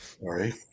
Sorry